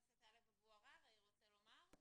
חבר הכנסת טלב אבו עראר, רוצה לומר משהו?